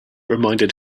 reminded